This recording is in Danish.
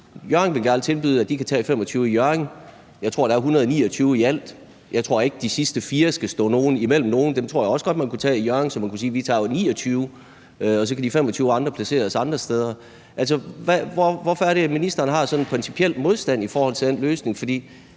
Hjørring ville gerne tilbyde at tage 25. Jeg tror, at der er 129 i alt. Jeg tror ikke, at de sidste 4 skal stå imellem nogen. Dem tror jeg også godt man kunne tage i Hjørring, så de kunne sige, at de tager 29. Og så kan de fire gange 25 placeres andre steder. Hvorfor er det, at ministeren har sådan en principiel modstand mod den løsning?